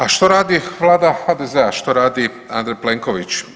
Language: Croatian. A što radi Vlada HDZ-a, što radi Andrej Plenković?